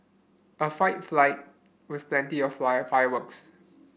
a fight fly with plenty of fire fireworks